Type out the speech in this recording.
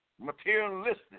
materialistic